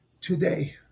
today